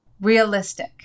Realistic